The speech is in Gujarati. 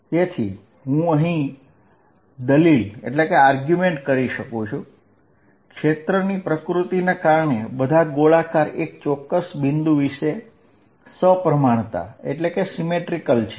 Er14π0Qr214π0QR2 તેથી અહીં હું દલીલ કરી શકું છું ક્ષેત્રની પ્રકૃતિને કારણે બધા ગોળાકાર એક ચોક્કસ બિંદુ વિશે સપ્રમાણતા ધરાવે છે